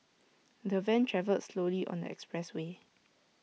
the van travelled slowly on the expressway